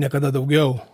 niekada daugiau